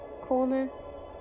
coolness